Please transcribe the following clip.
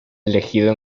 elegido